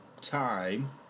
time